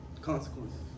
Consequences